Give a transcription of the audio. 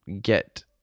get